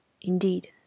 Indeed